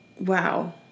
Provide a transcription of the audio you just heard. wow